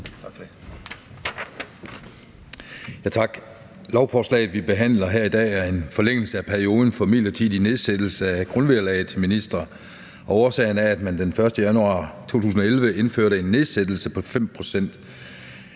Tak for det.